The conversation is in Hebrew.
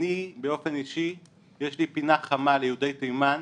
אני באופן אישי יש לי פינה חמה ליהודי תימן,